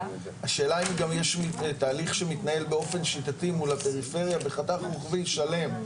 השאלה אם גם יש תהליך שמתנהל באופן שיטתי מול הפריפריה בחתך רוחבי שלם,